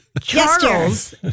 Charles